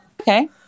Okay